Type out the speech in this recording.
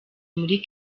muri